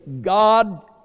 God